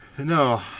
No